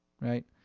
right